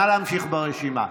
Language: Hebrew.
נא להמשיך ברשימה.